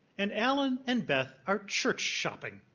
and allen and beth are church shopping.